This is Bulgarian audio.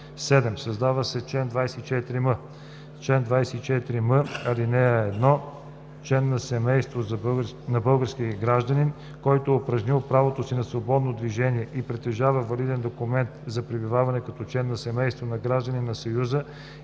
7. Създава се чл. 24м: „Чл. 24м. (1) Член на семейството на български гражданин, който е упражнил правото си на свободно движение и притежава валиден документ за пребиваване като член на семейство на гражданин на Съюза,